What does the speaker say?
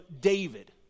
David